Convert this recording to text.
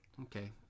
Okay